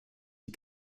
die